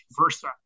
versa